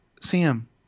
Sam